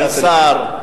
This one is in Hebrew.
אין שר.